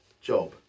job